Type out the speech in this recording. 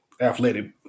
athletic